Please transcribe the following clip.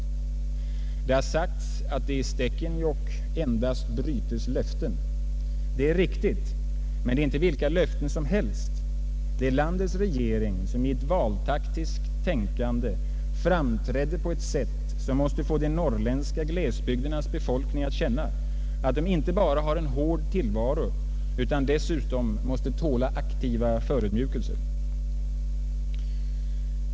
Det har sagts att det i Stekenjokk endast brytes löften. Detta är riktigt, men det är inte vilka löften som helst. Det är landets regering som i ett valtaktiskt tänkande framträdde på ett sätt som måste få de norrländska glesbygdernas befolkning att känna att den inte bara har en hård tillvaro utan dessutom måste tåla aktiva förödmjukelser.